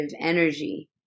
energy